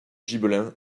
gibelins